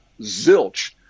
zilch